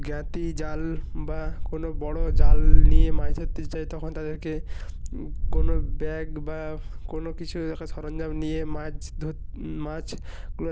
জ্ঞাতি জাল বা কোনো বড়ো জাল নিয়ে মাছ ধরতে যাই তখন তাদেরকে কোনো ব্যাগ বা কোনো কিছু রাখার সরঞ্জাম নিয়ে মাছ ধোত্ মাছগুলো